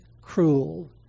cruel